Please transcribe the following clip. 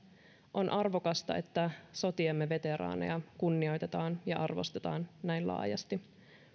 on arvokasta että sotiemme veteraaneja kunnioitetaan ja arvostetaan näin laajasti